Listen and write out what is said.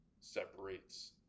separates